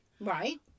Right